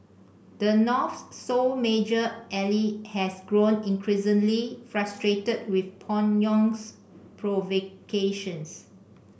the North's sole major ally has grown increasingly frustrated with Pyongyang's provocations